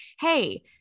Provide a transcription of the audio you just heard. hey